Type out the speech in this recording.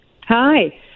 Hi